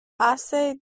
Hace